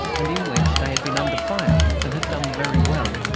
and in which they had been under fire and had done very well.